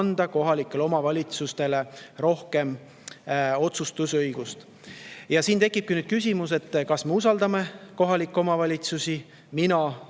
kohalikele omavalitsustele rohkem otsustusõigust. Siin tekibki küsimus, kas me usaldame kohalikke omavalitsusi. Mina